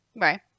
Right